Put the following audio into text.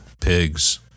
pigs